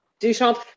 Duchamp